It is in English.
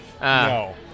No